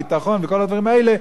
ביטחון וכל הדברים האלה,